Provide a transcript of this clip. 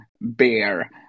bear